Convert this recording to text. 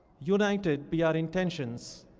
united be our intentions.